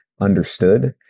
understood